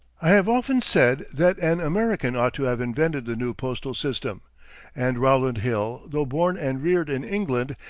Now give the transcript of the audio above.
i have often said that an american ought to have invented the new postal system and rowland hill, though born and reared in england,